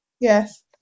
Yes